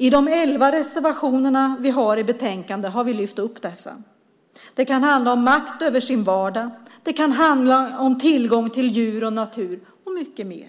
I de elva reservationer vi har i betänkandet har vi lyft upp dessa. Det kan handla om makt över sin vardag; det kan handla om tillgång till djur och natur och mycket mer.